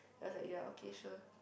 I was like ya okay sure